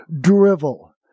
drivel